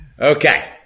Okay